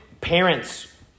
parents